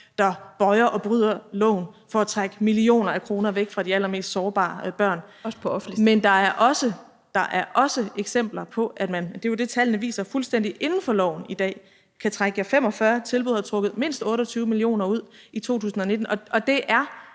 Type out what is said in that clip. der bøjer og bryder loven for at trække millioner af kroner væk fra de allermest sårbare børn, men der er også eksempler på, at 45 tilbud – og det er jo det, tallene viser – fuldstændig inden for loven i dag har kunnet trække mindst 28 mio. kr. ud i 2019, og det er